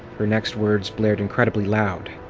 her next words blared incredibly loud.